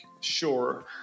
sure